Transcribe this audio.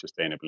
sustainability